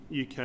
UK